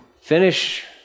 finish